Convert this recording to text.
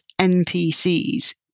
NPCs